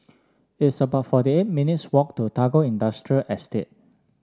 it's about forty eight minutes' walk to Tagore Industrial Estate